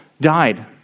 died